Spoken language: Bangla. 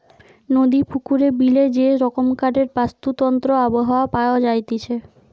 নদী, পুকুরে, বিলে যে রকমকারের বাস্তুতন্ত্র আবহাওয়া পাওয়া যাইতেছে